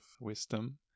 wisdom